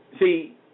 See